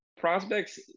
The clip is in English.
prospects